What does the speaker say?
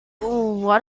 what